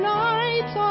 nights